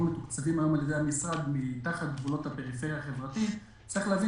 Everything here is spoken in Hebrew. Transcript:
מתוקצבים על-ידי המשרד תחת גבולות הפריפריה החברתית צריך להבין